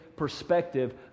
perspective